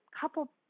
couple